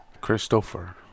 Christopher